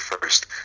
first